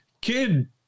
Kid